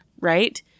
right